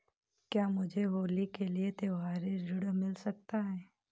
क्या मुझे होली के लिए त्यौहारी ऋण मिल सकता है?